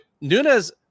Nunez